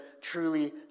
truly